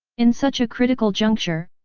in such a critical juncture,